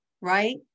right